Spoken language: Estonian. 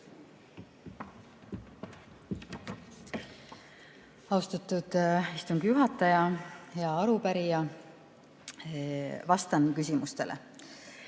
Austatud istungi juhataja! Hea arupärija! Vastan küsimustele.